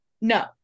No